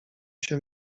się